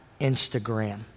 Instagram